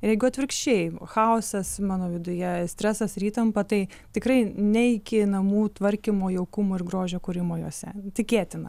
ir jeigu atvirkščiai chaosas mano viduje stresas ir įtampa tai tikrai ne iki namų tvarkymo jaukumo ir grožio kūrimo juose tikėtina